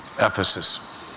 Ephesus